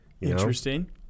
Interesting